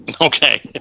Okay